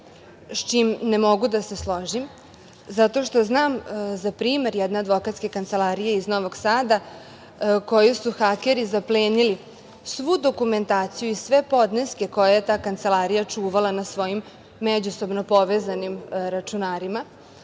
sa čim ne mogu da se složim zato što znam za primer jedne advokatske kancelarije iz Novog Sada kojoj su hakeri zaplenili svu dokumentaciju i sve podneske koje je ta kancelarija čuvala na svojim međusobno povezanim računarima,